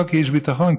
לא כאיש ביטחון,